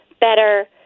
better